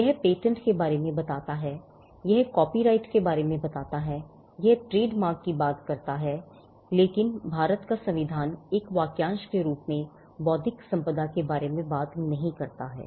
यह पेटेंट के बारे में बात करता है यह कॉपीराइट के बारे में बात करता है यह ट्रेडमार्क की बात करता है लेकिन भारत का संविधान एक वाक्यांश के रूप में बौद्धिक संपदा के बारे में बात नहीं करता है